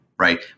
Right